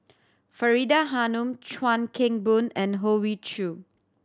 Faridah Hanum Chuan Keng Boon and Hoey Choo